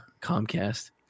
Comcast